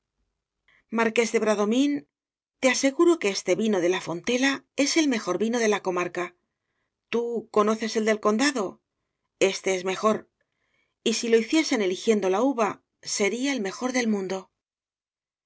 marqués de bradomín te aseguro que este vino de la fon te la es el mejor vino de la comarca tú conoces el del condado este es mejor y si lo hiciesen eligiendo la uva sería el mejor del mundo